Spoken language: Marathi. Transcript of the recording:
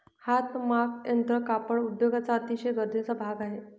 हातमाग यंत्र कापड उद्योगाचा अतिशय गरजेचा भाग आहे